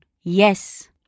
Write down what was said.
Yes